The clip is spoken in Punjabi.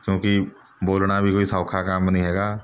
ਕਿਉਂਕਿ ਬੋਲਣਾ ਵੀ ਕੋਈ ਸੌਖਾ ਕੰਮ ਨਹੀਂ ਹੈਗਾ